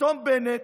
פתאום בנט,